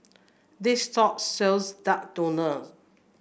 this shop sells Duck Noodle